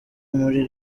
muri